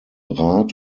rat